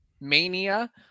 mania